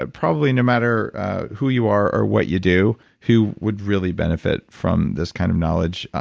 ah probably, no matter who you are or what you do, who would really benefit from this kind of knowledge,